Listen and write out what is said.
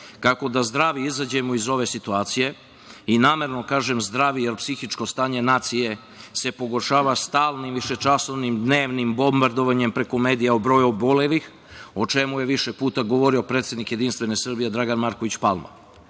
kako da zdravi izađemo iz ove situacije, i namerno kažem zdravi, jer psihičko stanje nacije se pogoršava stalnim višečasovnim, dnevnim bombardovanjem preko medija o broju obolelih, o čemu je više puta govorio predsednik JS Dragan Marković Palma. Pored